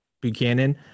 Buchanan